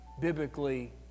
biblically